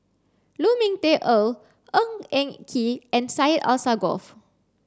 Lu Ming Teh Earl Ng Eng Kee and Syed Alsagoff